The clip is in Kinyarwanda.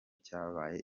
cyabyaye